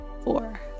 four